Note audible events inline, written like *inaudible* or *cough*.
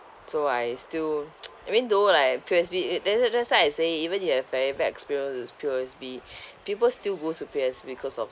so I still *noise* I mean though like P_O_S_B i~ that's why th~ th~ that's why I say even if you have very bad experience with P_O_S_B *breath* people still goes to P_O_S_B cause of